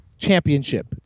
championship